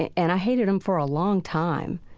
and i hated them for a long time.